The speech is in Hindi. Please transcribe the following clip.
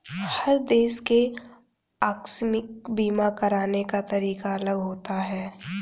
हर देश के आकस्मिक बीमा कराने का तरीका अलग होता है